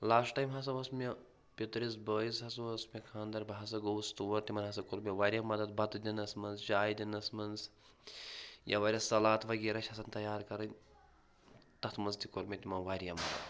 last time ہَسا اوس مےٚ پِترِس بٲیِس ہَسا اوس مےٚ خانٛدَر بہٕ ہَسا گوٚوُس تور تِمَن ہَسا کوٚر مےٚ واریاہ مَدتھ بَتہٕ دِنَس منٛز چاے دِنَس منٛز یا وارِیاہ سلات وغیرہ چھِ آسان تیار کَرٕنۍ تَتھ منٛز تہِ کوٚر مےٚ تِمن واریاہ مَدتھ